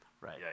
Right